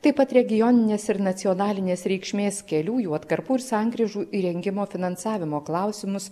taip pat regioninės ir nacionalinės reikšmės kelių jų atkarpų ir sankryžų įrengimo finansavimo klausimus